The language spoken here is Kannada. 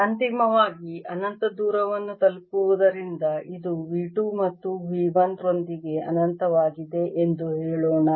ಅಂತಿಮವಾಗಿ ಅನಂತ ದೂರವನ್ನು ತಲುಪುವುದರಿಂದ ಇದು v 2 ಮತ್ತು v 1 ರೊಂದಿಗೆ ಅನಂತವಾಗಿದೆ ಎಂದು ಹೇಳೋಣ